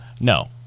No